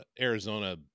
Arizona